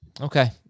Okay